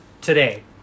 today